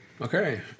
Okay